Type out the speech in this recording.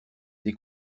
des